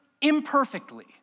imperfectly